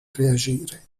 reagire